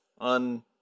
on